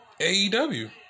AEW